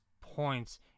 points